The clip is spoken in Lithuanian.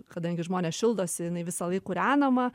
kadangi žmonės šildosi jinai visąlaik kūrenama